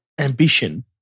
ambition